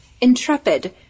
intrepid